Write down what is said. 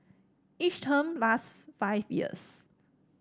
each term lasts five years